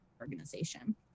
organization